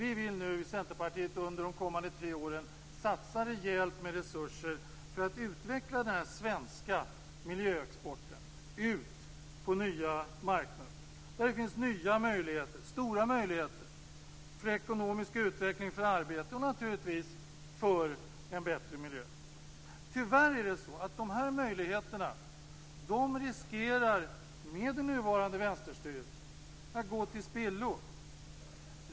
Vi i Centerpartiet vill under de kommande tre åren satsa rejält med resurser för att utveckla den svenska miljöexporten så att den når ut på nya marknader där det finns stora och nya möjligheter för ekonomisk utveckling för arbete och för en bättre miljö. Med det nuvarande vänsterstyret riskerar dessa möjligheter tyvärr att gå till spillo.